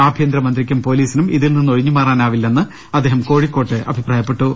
ആഭ്യന്തരമന്ത്രിക്കും പോലീസിനും ഇതിൽ നിന്നും ഒഴിഞ്ഞുമാറാനാവില്ലെന്ന് അദ്ദേഹം കോഴിക്കോട്ട് അഭിപ്രായപ്പെട്ടു